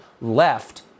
left